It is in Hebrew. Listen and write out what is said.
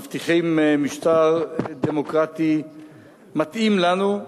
מבטיחים משטר דמוקרטי מתאים לנו,